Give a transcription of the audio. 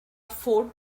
ford